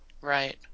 Right